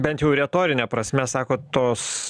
bent jau retorine prasme sakot tos